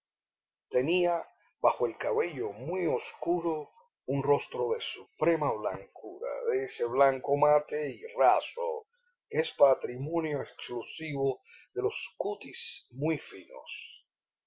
tenía bajo el cabello muy oscuro un rostro de suprema blancura de ese blanco mate y raso que es patrimonio exclusivo de los cutis muy finos